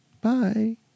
Bye